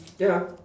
ya